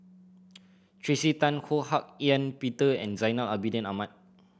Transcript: Tracey Tan Ho Hak Ean Peter and Zainal Abidin Ahmad